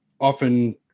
often